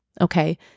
Okay